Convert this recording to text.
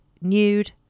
nude